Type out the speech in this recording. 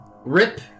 Rip